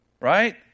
Right